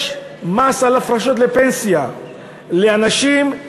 יש מס על הפרשות לפנסיה לאנשים,